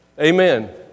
Amen